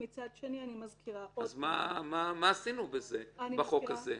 אז מה עשינו בחוק הזה?